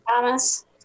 Thomas